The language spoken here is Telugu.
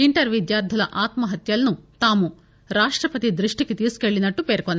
ఇంటర్ విద్యార్తుల ఆత్మాహత్యలను తాము రాష్టపతి దృష్టికి తీసుకుపెళ్లినట్లు పేర్కొన్నారు